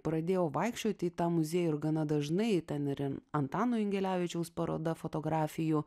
pradėjau vaikščioti į tą muziejų ir gana dažnai ten ir antano ingelevičiaus paroda fotografijų